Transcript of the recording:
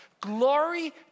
Glory